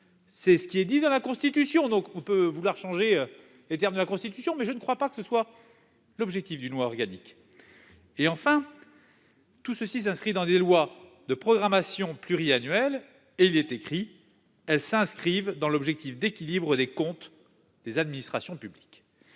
C'est ce qui est dit dans la Constitution, madame Apourceau-Poly ! On peut vouloir changer les termes de la Constitution, mais je ne pense pas que tel soit l'objectif d'une loi organique. Enfin, tout ceci s'inscrit dans des lois de programmation pluriannuelle, ces orientations pluriannuelles s'inscrivant « dans l'objectif d'équilibre des comptes des administrations publiques